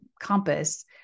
compass